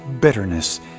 bitterness